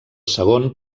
segon